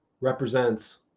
represents